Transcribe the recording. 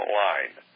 line